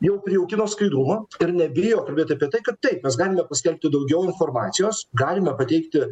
jau prijaukino skaidrumą ir nebijo kalbėt apie tai kad taip mes galime paskelbti daugiau informacijos galime pateikti